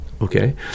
okay